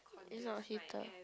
is not a heater